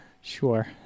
sure